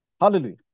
Hallelujah